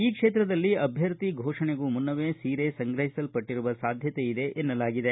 ಈ ಕ್ಷೇತ್ರದಲ್ಲಿ ಅಭ್ಯರ್ಥಿ ಘೋಷಣೆಗೂ ಮುನ್ನವೇ ಸೀರೆ ಸಂಗ್ರಹಿಸಲ್ಪಟ್ಟರುವ ಸಾಧ್ಯತೆ ಇದೆ ಎನ್ನಲಾಗಿದೆ